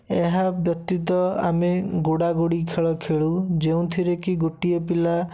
ଏହା ବ୍ୟତୀତ ଆମେ ଗୋଡ଼ାଗୋଡ଼ି ଖେଳଖେଳୁ ଯେଉଁଥିରେ କି ଗୋଟିଏ ପିଲା